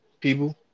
people